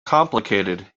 complicated